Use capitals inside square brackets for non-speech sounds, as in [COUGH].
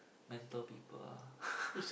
mental people ah [LAUGHS]